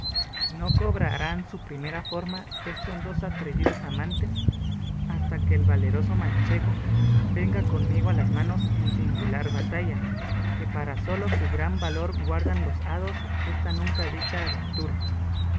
no cobrarán su primera forma estos dos atrevidos amantes hasta que el valeroso manchego venga conmigo a las manos en singular batalla que para solo su gran valor guardan los hados esta nunca vista aventura